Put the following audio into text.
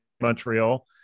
Montreal